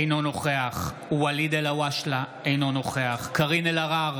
אינו נוכח ואליד אלהואשלה, אינו נוכח קארין אלהרר,